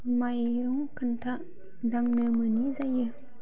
माइरं खानथा दांनो मोनि जायो